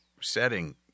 setting